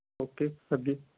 okay sir ਜੀ